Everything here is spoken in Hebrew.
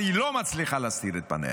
אבל היא לא מצליחה להסתיר את פניה,